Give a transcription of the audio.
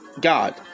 God